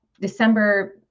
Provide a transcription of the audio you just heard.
December